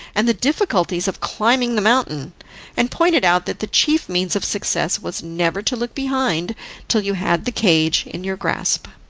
and the difficulties of climbing the mountain and pointed out that the chief means of success was never to look behind till you had the cage in your grasp.